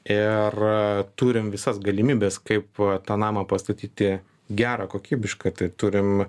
ir turim visas galimybes kaip tą namą pastatyti gerą kokybišką tai turim